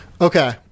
Okay